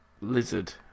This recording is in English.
Lizard